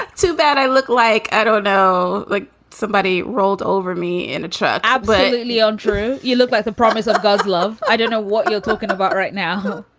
too bad i look like i don't know, like somebody's rolled over me in a truck. absolutely untrue. you look like the promise of god's love. i don't know what you're talking about right now.